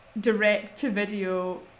direct-to-video